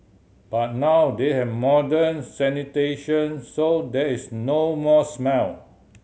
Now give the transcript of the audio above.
but now they have modern sanitation so there is no more smell